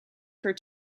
for